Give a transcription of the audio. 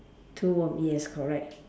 two worm yes correct